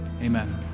Amen